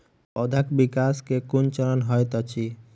पौधाक विकास केँ केँ कुन चरण हएत अछि?